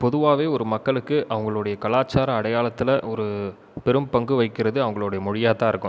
பொதுவாகவே ஒரு மக்களுக்கு அவங்களுடைய கலாச்சாரம் அடையாளத்தில் ஒரு பெரும் பங்கு வகிக்கிறது அவங்களோடய மொழியாக தான் இருக்கும்